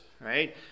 right